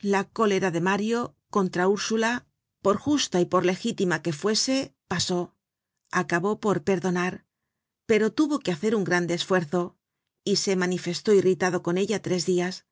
la cólera de mario contra ursula por justa y por legítima que fuese pasó acabó por perdonar pero tuvo que hacer un grande esfuerzo y se manifestó irritado con ella tres dias